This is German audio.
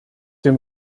den